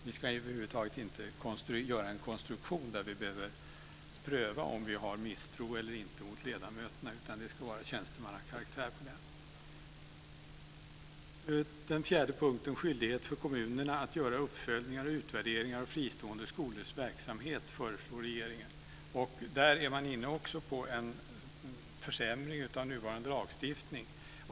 Vi ska över huvud taget inte göra en konstruktion där vi behöver pröva om vi misstror ledamöterna eller inte, utan det ska vara tjänstemannakaraktär på ledamöterna. Den fjärde punkten handlar om att regeringen föreslår en skyldighet för kommunerna att göra uppföljningar och utvärderingar av fristående skolors verksamhet. Där är man också inne på en försämring av nuvarande lagstiftning.